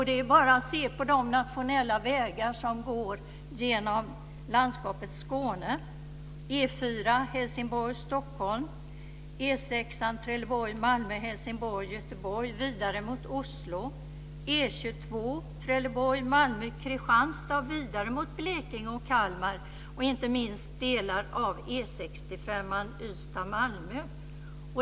Det är bara att se på de nationella vägar som går genom landskapet Skåne: E 4 Helsingborg-Stockholm, E 6 Trelleborg-Malmö-Helsingborg-Göteborg och vidare mot Oslo, E 22 Trelleborg-Malmö-Kristianstad och vidare mot Blekinge och Kalmar och inte minst delar av E 65 Ystad-Malmö.